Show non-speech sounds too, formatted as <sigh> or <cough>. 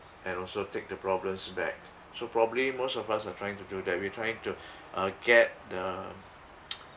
and also take the problems back so probably most of us are trying to do that we trying to uh get the <noise>